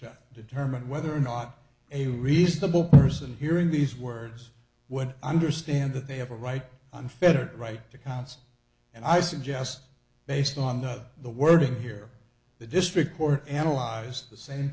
to determine whether or not a reasonable person hearing these words would understand that they have a right unfettered right to counsel and i suggest based on the the wording here the district court analyzed the same